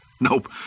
nope